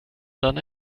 done